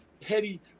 petty